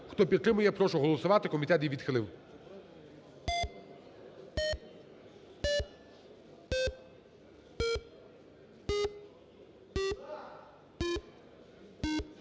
Хто підтримує, прошу голосувати. Комітет її відхилив.